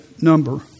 number